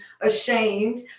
ashamed